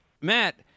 Matt